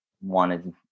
wanted